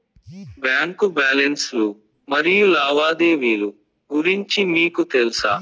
Bank balance లు మరియు లావాదేవీలు గురించి మీకు తెల్సా?